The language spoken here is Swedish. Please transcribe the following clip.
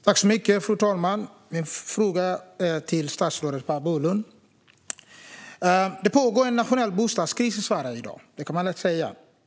Fru talman! Min fråga går till statsrådet Per Bolund. I Sverige pågår i dag en nationell bostadskris, vilket är lätt att se.